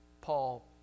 Paul